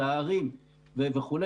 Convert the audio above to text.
זה הערים וכו',